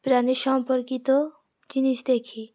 প্রাণীর সম্পর্কিত জিনিস দেখি